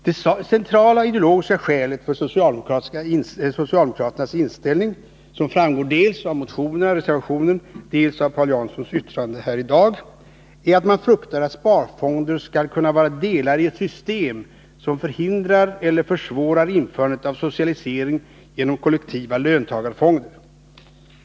Det centrala ideologiska skälet för socialdemokraternas inställning — det framgår dels av motionen och reservationen, dels av Paul Janssons yttrande här i dag — är att man fruktar att sparfonder skall kunna vara delar i ett system som förhindrar eller försvårar införandet av socialisering genom kollektiva löntagarfonder.